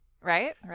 Right